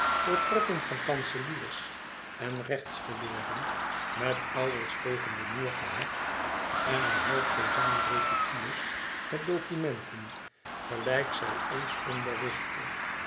portretten van kanseliers en rechtsgeleerden met ouwels tegen den muur gehecht en een half dozijn reticules met documenten gelijk zij ons